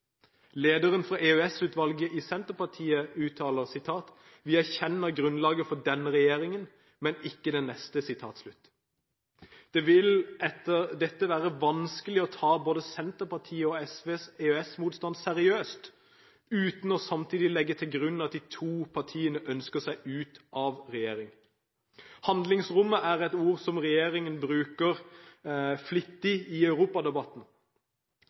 Lederen for EØS-utvalget i Senterpartiet uttaler i samme artikkel: «Vi erkjenner grunnlaget for denne regjeringen, men ikke den neste.» Det vil etter dette være vanskelig å ta både Senterpartiets og SVs EØS-motstand seriøst uten samtidig å legge til grunn at de to partiene ønsker seg ut av regjering. «Handlingsrom» er et ord som regjeringen bruker flittig i europadebatten.